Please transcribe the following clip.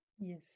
Yes